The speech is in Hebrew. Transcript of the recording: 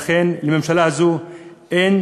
לכן לממשלה הזו אין